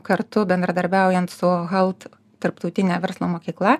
kartu bendradarbiaujant su halt tarptautine verslo mokykla